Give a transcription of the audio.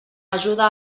ajuda